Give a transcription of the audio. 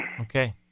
Okay